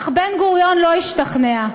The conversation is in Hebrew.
אך בן-גוריון לא השתכנע.